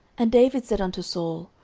and david said unto saul,